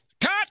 cut